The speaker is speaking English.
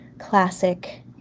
classic